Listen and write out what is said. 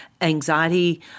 anxiety